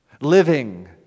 living